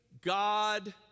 God